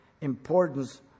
importance